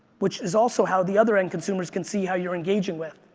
which is also how the other end consumers can see how you're engaging with.